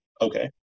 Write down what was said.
okay